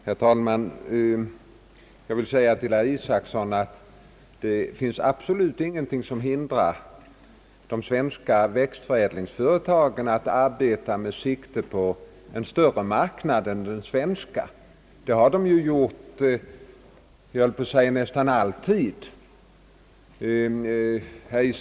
Herr talman! Jag vill säga till herr Isacson att det finns absolut ingenting som hindrar de svenska växtförädlingsföretagen att arbeta med sikte på en större marknad än den svenska. Det har de gjort, jag höll på att säga nästan alltid.